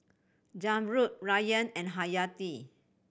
Zamrud Ryan and Hayati